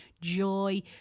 joy